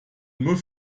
nur